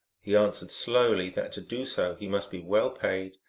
he answered slowly that to do so he must be well paid,